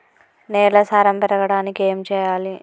నేల సారం పెరగడానికి ఏం చేయాలి?